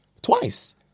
Twice